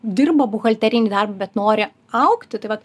dirbo buhalterinį darbą bet nori augti tai vat